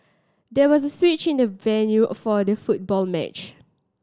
there was a switch in the venue for the football match